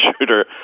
shooter